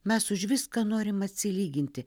mes už viską norim atsilyginti